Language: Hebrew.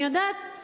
אני יודעת,